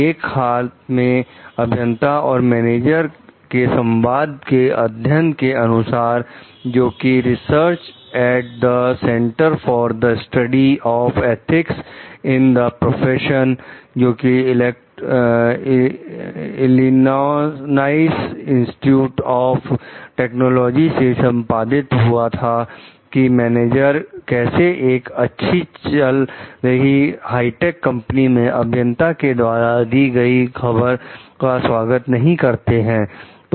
एक हाल के अभियंता और मैनेजर के संवाद के अध्ययन के अनुसार जोकि research at the center for the study of ethics in the profession जोकि इलिनॉइस इंस्टिट्यूट ऑफ टेक्नोलॉजी में संपादित हुआ था कि मैनेजर कैसे एक अच्छी चल रही हाईटेक कंपनी में अभियंता के द्वारा दी गई खबर का स्वागत नहीं करते हैं